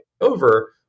over